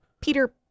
Peter